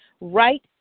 right